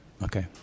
Okay